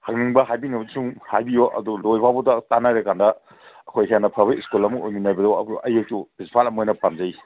ꯍꯪꯅꯤꯡꯕ ꯍꯥꯏꯕꯤꯅꯤꯡꯕꯁꯤꯡ ꯍꯥꯏꯕꯤꯌꯣ ꯑꯗꯨ ꯂꯣꯏꯕꯐꯥꯎꯕꯇ ꯇꯥꯟꯅꯔꯀꯥꯟꯗ ꯑꯩꯈꯣꯏ ꯍꯦꯟꯅ ꯐꯕ ꯁ꯭ꯀꯨꯜ ꯑꯃ ꯑꯣꯏꯃꯤꯟꯅꯕꯗꯣ ꯑꯩꯁꯨ ꯄ꯭ꯔꯤꯟꯁꯤꯄꯥꯜ ꯑꯃ ꯑꯣꯏꯅ ꯄꯥꯝꯖꯩ